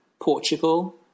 Portugal